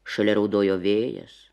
šalia raudojo vėjas